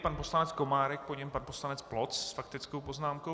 Pan poslanec Komárek, po něm pan poslanec Ploc s faktickou poznámkou.